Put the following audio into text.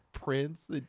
Prince